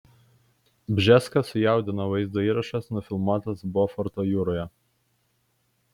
bžeską sujaudino vaizdo įrašas nufilmuotas boforto jūroje